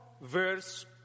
verse